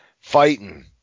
fighting